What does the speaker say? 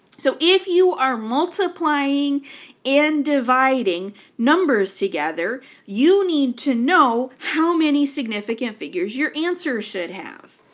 so if you are multiplying and dividing numbers together, you need to know how many significant figures your answer should have,